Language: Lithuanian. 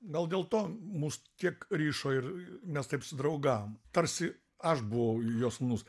gal dėl to mus tiek rišo ir mes taip susidraugavom tarsi aš buvau jo sūnus